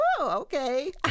okay